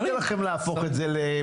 אני לא אתן לכם להפוך את הדיון הזה לבלגן,